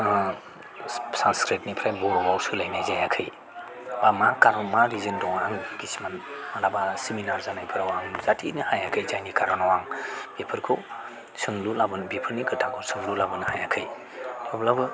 संस्कृतनिफ्राय बर'आव सोलायनाय जायाखै बेबा मा कारन मा रिजोन दङ आङो किसुमान मालाबा सेमिनार जानायफोराव आं नुजाथिनो हायाखै जायनि कारनाव आं बेफोरखौ सोंलु लाबोनो बेफोरनि खोथाखौ सोंलु लाबोनो हायाखै अब्लाबो